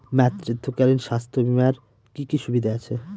মাতৃত্বকালীন স্বাস্থ্য বীমার কি কি সুবিধে আছে?